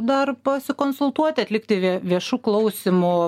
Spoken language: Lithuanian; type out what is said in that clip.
dar pasikonsultuoti atlikti vie viešų klausymų